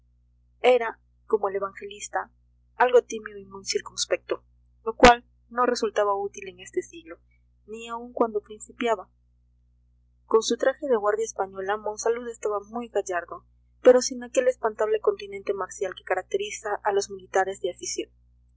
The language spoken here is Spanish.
era como el evangelista algo tímido y muy circunspecto lo cual no resultaba útil en este siglo ni aun cuando principiaba con su traje de guardia española monsalud estaba muy gallardo pero sin aquel espantable continente marcial que caracteriza a los militares de afición